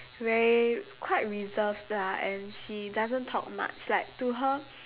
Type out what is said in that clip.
very quite reserved lah and she doesn't talk much like to her